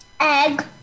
Egg